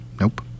Nope